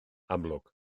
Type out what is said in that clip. amlwg